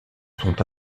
sont